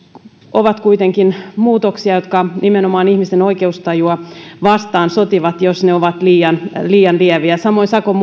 ovat kuitenkin sellaisia jotka nimenomaan ihmisten oikeustajua vastaan sotivat jos ne ovat liian liian lieviä samoin sakon